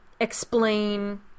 explain